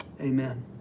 Amen